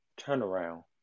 turnaround